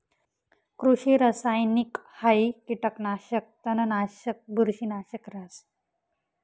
कृषि रासायनिकहाई कीटकनाशक, तणनाशक, बुरशीनाशक रहास